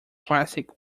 classic